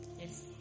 Yes